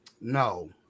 No